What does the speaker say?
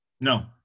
No